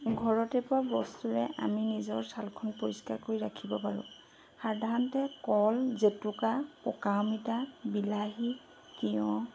ঘৰতে পোৱা বস্তুৰে আমি নিজৰ ছালখন পৰিষ্কাৰ কৰি ৰাখিব পাৰোঁ সাধাৰণতে কল জেতুকা পকা অমিতা বিলাহী তিঁয়হ